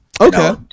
Okay